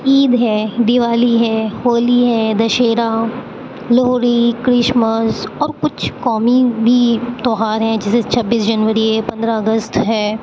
عید ہے دیوالی ہے ہولی ہے دشہرہ لہری کرشمش اور کچھ قومی بھی تہوار ہیں جیسے چھبیس جنوری ہے پندرہ اگست ہے